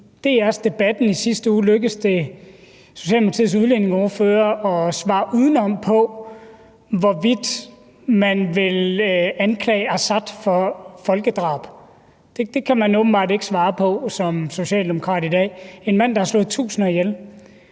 I DR's Debatten i sidste uge lykkedes det Socialdemokratiets udlændingeordfører at svare udenom på spørgsmålet om, hvorvidt man vil anklage Assad for folkedrab. Det kan man åbenbart ikke svare på som socialdemokrat i dag. Det er en mand, som har slået tusinder ihjel.